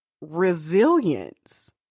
resilience